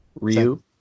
ryu